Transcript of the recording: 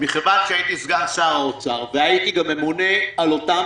מכיוון שהייתי סגן שר האוצר וגם הייתי ממונה על אותם